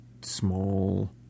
small